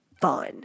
fun